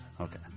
okay